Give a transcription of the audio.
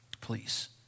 please